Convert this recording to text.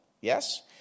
Yes